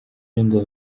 rwasabye